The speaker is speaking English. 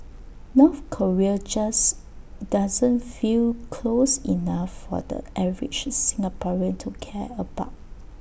North Korea just doesn't feel close enough for the average Singaporean to care about